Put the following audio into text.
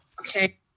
okay